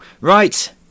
right